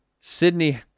Sydney